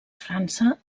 frança